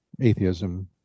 Atheism